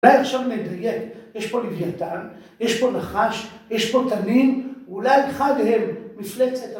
אולי עכשיו נדייק, יש פה לוויתן, יש פה נחש, יש פה תנין ואולי חד הם מפלצת..